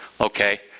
Okay